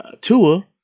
Tua